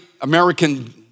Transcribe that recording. American